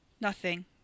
Nothing